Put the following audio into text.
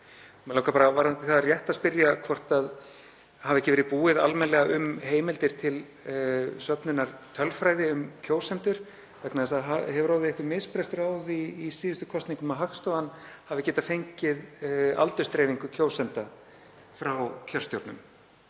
langar mig bara rétt að spyrja hvort ekki hafi verið búið almennilega um heimildir til söfnunar tölfræði um kjósendur. Það hefur orðið einhver misbrestur á því í síðustu kosningum að Hagstofan hafi getað fengið aldursdreifingu kjósenda frá kjörstjórnum.